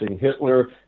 Hitler